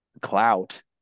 clout